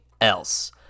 else